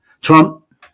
Trump